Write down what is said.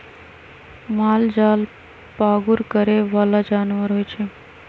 मालजाल पागुर करे बला जानवर होइ छइ